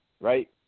right